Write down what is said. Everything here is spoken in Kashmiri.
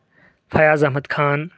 فیاض احمد خان